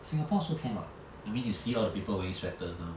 singapore also can what I mean you see all the people wearing sweaters now